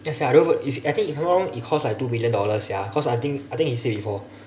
ya sia I don't even it's actually if I'm not wrong it costs like two million dollar sia cause I think I think he said before